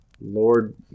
Lord